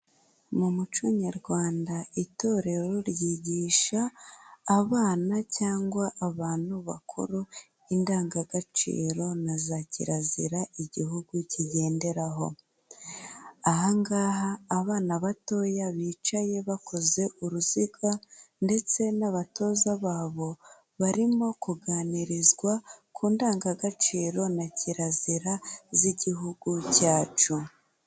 Mu muco nyarwanda itorero ryigisha abana cyangwa abantu bakuru indangagaciro na za kirazira igihugu kigenderaho. Aha ngaha abana batoya bicaye bakoze uruziga ndetse n'abatoza babo, barimo kuganirizwa ku ndangagaciro na kirazira z'igihugu cyacu.